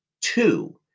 Two